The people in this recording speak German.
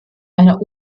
einer